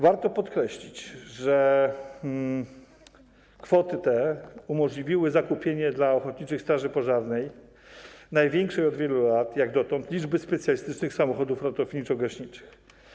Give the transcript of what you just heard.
Warto podkreślić, że kwoty te umożliwiły zakupienie dla ochotniczej straży pożarnej największej od wielu lat liczby specjalistycznych samochodów ratowniczo-gaśniczych.